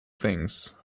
things